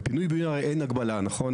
בפינוי בינוי אין הגבלה, נכון?